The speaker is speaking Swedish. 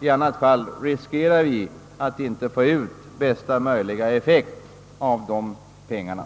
I annat fall riskerar vi att inte få ut bästa möjliga effekt av de pengar